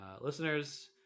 listeners